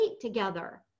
together